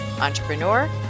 entrepreneur